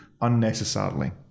unnecessarily